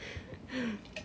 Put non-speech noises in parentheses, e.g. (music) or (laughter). (laughs)